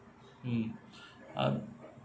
mm uh